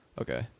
Okay